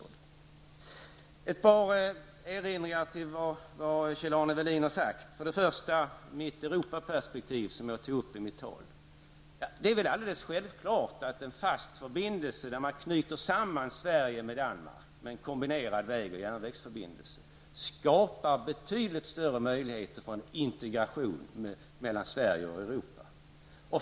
Jag vill göra ett par erinringar mot vad Kjell-Arne Welin har sagt. När det gäller mitt Europaperspektiv, som jag tog upp i mitt tal, är det väl alldeles självklart att en fast förbindelse, där man knyter samman Sverige och Danmark med en kombinerad väg och järnvägsbro, skapar betydligt större möjligheter för en integration mellan Sverige och Europa.